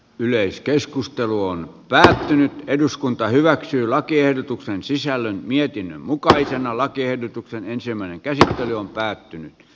yleiskeskustelu on vääristynyt eduskunta hyväksyi lakiehdotuksen sisällön mietinnön mukaisena lakiehdotuksen ensimmäinen käsittely on roskakoriin